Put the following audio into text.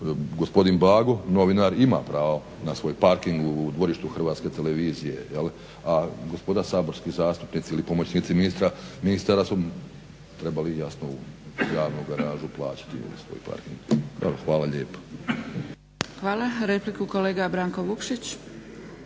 Gospodin Bago, novinar ima pravo na svoj parking u dvorištu Hrvatske televizije, je li, a gospoda saborski zastupnici ili pomoćnici ministara su trebali jasno javnu garažu plaćati ili svoj parking. Evo hvala lijepo. **Zgrebec, Dragica (SDP)** Hvala. Repliku kolega Branko Vukšić.